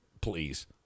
please